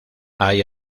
hay